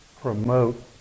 promote